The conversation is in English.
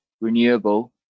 renewable